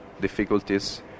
difficulties